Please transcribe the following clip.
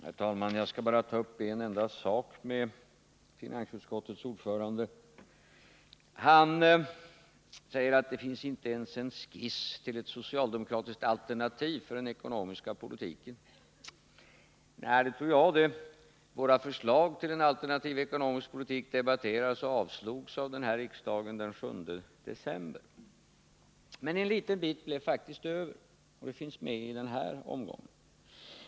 Herr talman! Jag skall bara ta upp en enda sak med finansutskottets ordförande. Han säger att det finns inte ens en skiss till ett socialdemokratiskt alternativ för den ekonomiska politiken. Nej, det tror jag det. Våra förslag tillen alternativ ekonomisk politik debatterades och avslogs av riksdagen den 7 december. Men en liten bit blev faktiskt över och finns med i den här omgången.